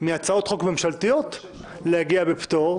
ככול שאני יכול, מהצעות חוק ממשלתיות להגיע בפטור.